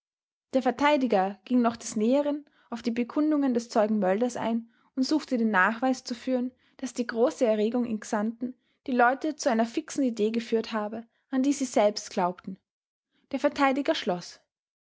der verteidiger ging noch des näheren auf die bekundungen des zeugen mölders ein und suchte den nachweis zu führen daß die große erregung in xanten die leute zu einer fixen idee geführt habe an die sie selbst glaubten der verteidiger schloß